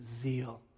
zeal